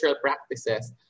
practices